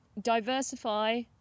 Diversify